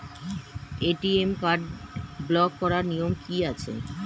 ATM card block করার নিয়ম কি আছে?